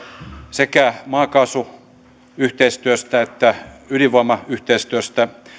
sekä maakaasuyhteistyöstä että ydinvoimayhteistyöstä